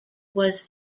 was